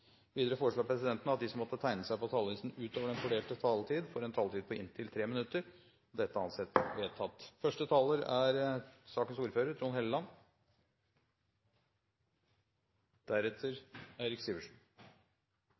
Videre vil presidenten foreslå at de som måtte tegne seg på talerlisten utover den fordelte taletid, får en taletid på inntil 3 minutter. – Det anses vedtatt. Første taler er Irene Johansen – for sakens ordfører.